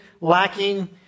lacking